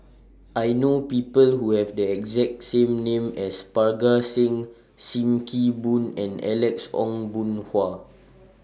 I know People Who Have The exact same name as Parga Singh SIM Kee Boon and Alex Ong Boon Hau